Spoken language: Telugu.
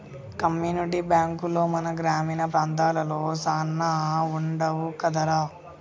కమ్యూనిటీ బాంకులు మన గ్రామీణ ప్రాంతాలలో సాన వుండవు కదరా